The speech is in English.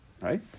right